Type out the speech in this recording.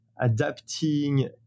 adapting